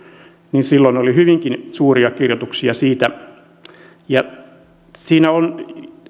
niin silloin oli hyvinkin suuria kirjoituksia siitä siinä oli